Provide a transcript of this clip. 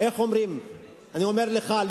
אני אומר לך,